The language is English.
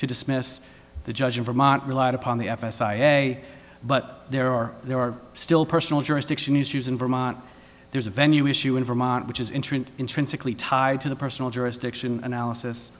to dismiss the judge in vermont relied upon the f s a but there are there are still personal jurisdiction issues in vermont there's a venue issue in vermont which is interesting intrinsically tied to the personal jurisdiction analysis